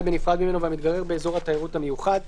בנפרד ממנו והמתגורר באזור התיירות המיוחד,